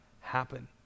happen